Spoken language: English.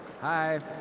hi